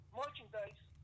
merchandise